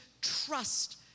trust